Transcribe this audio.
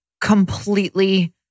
completely